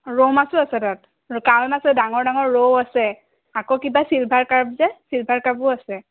ৰৌ মাছো আছে তাত আৰু কাৱৈ মাছ এই ডাঙৰ ডাঙৰ ৰৌ আছে আকৌ কিবা চিলভাৰ কাৰ্ভ যে চিলভাৰ কাৰ্ভো আছে